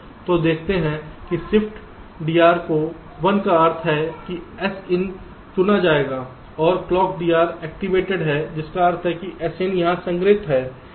तो देखते हैं कि ShiftDR को 1 का अर्थ है कि Sin चुना गया है और ClockDR एक्टिवेटेड है जिसका अर्थ है कि Sin यहाँ संग्रहीत है